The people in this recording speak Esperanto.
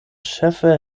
ĉefe